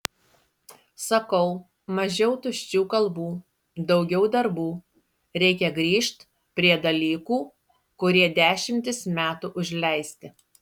sakau mažiau tuščių kalbų daugiau darbų reikia grįžt prie dalykų kurie dešimtis metų užleisti